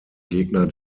gegner